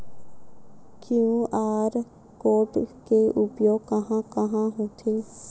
QR code के उपयोग कहां कहां होथे?